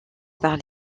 par